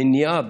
המניעה,